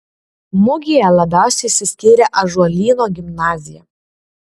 mugėje labiausiai išsiskyrė ąžuolyno gimnazija